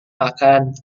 makan